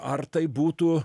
ar tai būtų